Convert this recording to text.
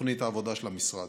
בתוכנית העבודה של המשרד.